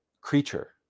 creature